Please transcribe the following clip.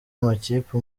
amakipe